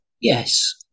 Yes